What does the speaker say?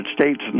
States